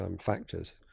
factors